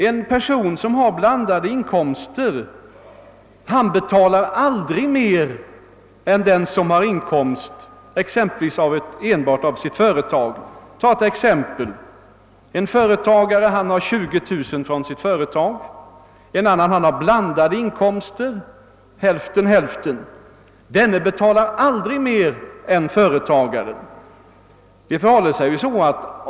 En person som har blandade inkomster betalar aldrig mer än den som har inkomst exempelvis enbart av sitt fö retag. Antag att en företagare har 20 000 kronor från sitt företag. En annan, som har blandade inkomster, hälften från vardera inkomstkällan, betalar aldrig mer än den förstnämnde företagaren.